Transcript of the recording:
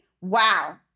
Wow